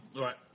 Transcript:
Right